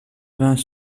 vingt